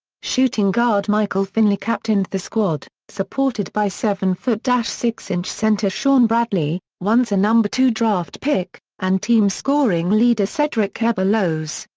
shooting guard michael finley captained the squad, supported by seven foot six inch center shawn bradley, once a number two draft pick, and team scoring leader cedric ceballos,